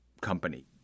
company